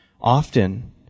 Often